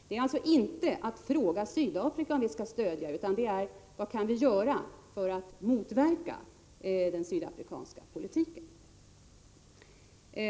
Detta är inte att fråga Sydafrika om vi skall stödja Lesotho utan det är att fråga vad vi kan göra för att motverka den sydafrikanska politiken.